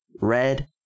Red